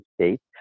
states